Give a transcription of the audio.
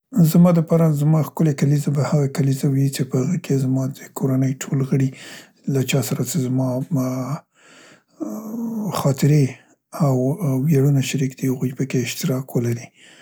زما د پاره زما ښکلې کلیزه به هغه کلیزه وي چې په هغه کې زما د کورنۍ ټول غړي ، له چا سره چې زما ا ا ه ا ا خاطرې او ویاړونه شریک دي هغوی په کې اشتراک ولري.